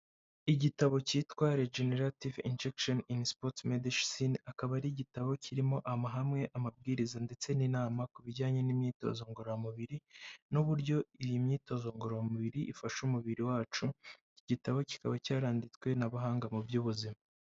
Igitabo cyitwa Regenerative Injections in Sports Medicine akaba ari igitabo kirimo amahame, amabwiriza ndetse n'inama ku bijyanye n'imyitozo ngororamubiri n'uburyo iyi myitozo ngororamubiri ifasha umubiri wacu, iki gitabo kikaba cyaranditswe n'abahanga mu by'ubuzima.